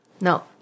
No